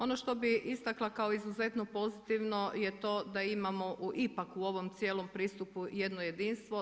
Ono što bi istakla kao izuzetno pozitivno je to da imamo ipak u ovom cijelom pristupu jedno jedinstvo.